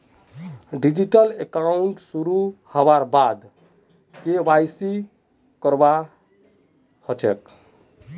digital account शुरू हबार बाद के.वाई.सी करवा ह छेक